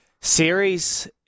series